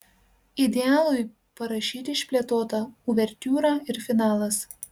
idealui parašyti išplėtota uvertiūra ir finalas